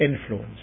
influence